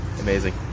Amazing